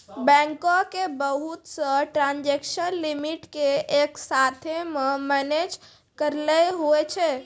बैंको के बहुत से ट्रांजेक्सन लिमिट के एक साथ मे मैनेज करैलै हुवै छै